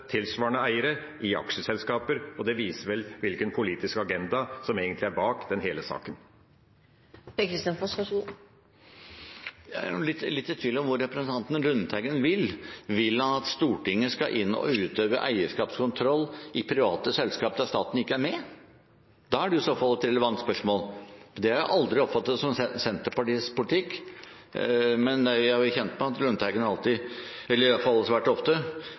tilsvarende private eiere i aksjeselskaper, og det viser vel hvilken politisk agenda som egentlig ligger bak hele denne saken. Jeg er litt i tvil om hvor representanten Lundteigen vil. Vil han at Stortinget skal inn å utøve eierskapskontroll i private selskaper der staten ikke er med? Da er det jo i så fall et relevant spørsmål, men det har jeg aldri oppfattet som Senterpartiets politikk. Men jeg er jo kjent med at Lundteigen alltid – eller i hvert fall svært ofte